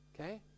okay